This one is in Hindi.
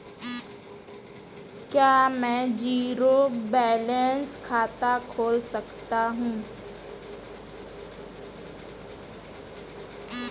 क्या मैं ज़ीरो बैलेंस खाता खोल सकता हूँ?